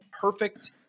perfect